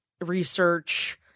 research